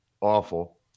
awful